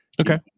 okay